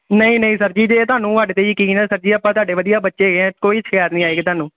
ਨਹੀਂ ਨਹੀਂ ਸਰ ਜੀ ਜੇ ਤੁਹਾਨੂੰ ਸਾਡੇ 'ਤੇ ਯਕੀਨ ਆ ਸਰ ਜੀ ਆਪਾਂ ਤੁਹਾਡੇ ਵਧੀਆ ਬੱਚੇ ਆ ਕੋਈ ਸ਼ਿਕਾਇਤ ਨਹੀਂ ਆਏਗੀ ਤੁਹਾਨੂੰ